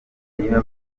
niba